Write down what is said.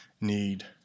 need